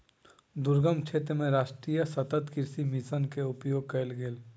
दुर्गम क्षेत्र मे राष्ट्रीय सतत कृषि मिशन के उपयोग कयल गेल